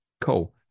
Cool